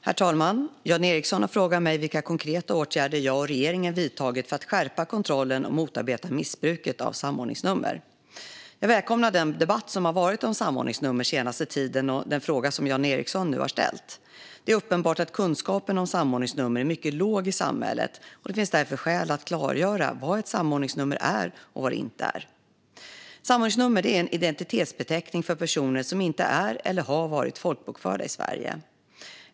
Herr talman! Jan Ericson har frågat mig vilka konkreta åtgärder jag och regeringen har vidtagit för att skärpa kontrollen och motarbeta missbruket av samordningsnummer. Jag välkomnar den debatt som varit om samordningsnummer den senaste tiden och den fråga som Jan Ericson nu har ställt. Det är uppenbart att kunskapen om samordningsnummer är mycket låg i samhället. Det finns därför skäl att klargöra vad ett samordningsnummer är och vad det inte är. Samordningsnummer är en identitetsbeteckning för personer som inte är eller har varit folkbokförda i Sverige.